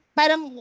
parang